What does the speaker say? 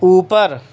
اوپر